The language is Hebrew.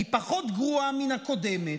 היא פחות גרועה מן הקודמת,